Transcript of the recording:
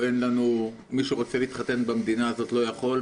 מי שרוצה להתחתן במדינה הזאת - לא יכול,